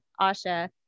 Asha